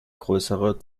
größere